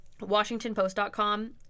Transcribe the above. WashingtonPost.com